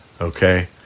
okay